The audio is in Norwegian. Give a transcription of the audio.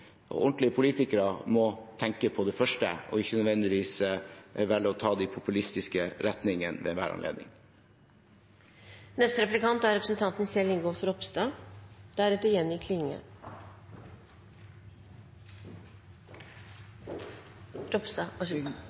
ordentlige politikere må tenke på det første og ikke nødvendigvis velge å ta de populistiske retningene ved hver anledning. Jeg tror det viktigste nå er